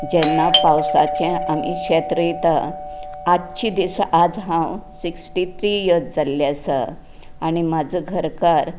जेन्ना पावसांचे आमी शेत रोयता आजच्या दिसांक आज हांव सिक्स्टी थ्री इयर्स जाल्ली आसा आनी म्हाजो घरकार